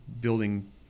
building